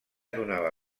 donava